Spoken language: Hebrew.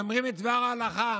ממרים את דבר ההלכה,